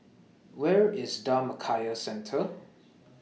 Where IS Dhammakaya Centre